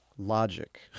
Logic